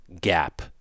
gap